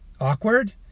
awkward